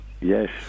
Yes